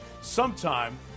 sometime